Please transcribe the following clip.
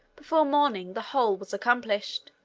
before morning the whole was accomplished.